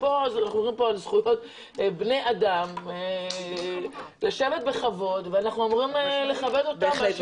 אנחנו מדברים פה על זכויות בני אדם לשבת בכבוד ואנחנו אמורים לכבד אותם.